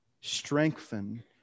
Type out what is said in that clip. strengthen